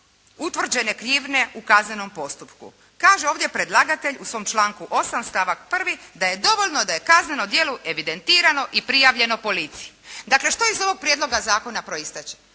utvrđenje krivnje u kaznenom postupku. Kaže ovdje predlagatelj u svom članku 8. stavak 1., da je dovoljno da je kazneno djelo evidentirano i prijavljeno policiji. Dakle, što iz ovog prijedloga zakona proizlazi?